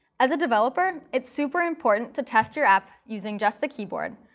as a developer, it's super important to test your app using just the keyboard,